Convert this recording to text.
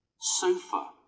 Sofa